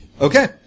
Okay